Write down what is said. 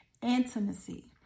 Intimacy